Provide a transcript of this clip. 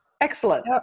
Excellent